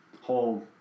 whole